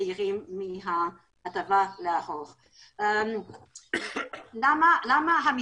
בארצות הברית נכון שהמחיר הוא 2 דולר אבל זה בגלל שזה --- ובגלל שהגז